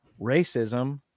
racism